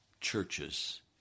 churches